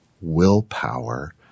willpower